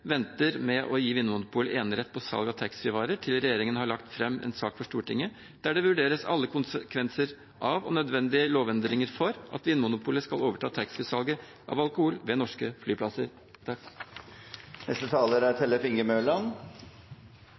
venter med å gi Vinmonopolet enerett på salg av taxfree-varer til regjeringen har lagt fram en sak for Stortinget, der alle konsekvenser av og nødvendige lovendringer for at Vinmonopolet skal overta taxfree-salget av alkohol ved norske flyplasser,